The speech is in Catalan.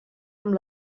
amb